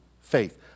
faith